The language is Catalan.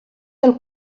del